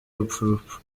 rupfu